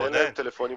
רונן?